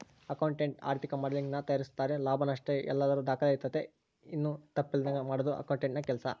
accountant ಆರ್ಥಿಕ ಮಾಡೆಲಿಂಗನ್ನ ತಯಾರಿಸ್ತಾರೆ ಲಾಭ ನಷ್ಟಯಲ್ಲದರ ದಾಖಲೆ ಇರ್ತತೆ, ಏನು ತಪ್ಪಿಲ್ಲದಂಗ ಮಾಡದು ಅಕೌಂಟೆಂಟ್ನ ಕೆಲ್ಸ